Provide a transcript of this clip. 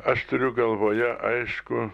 aš turiu galvoje aišku